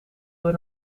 door